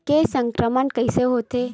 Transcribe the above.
के संक्रमण कइसे होथे?